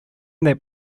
that